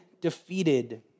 defeated